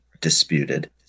disputed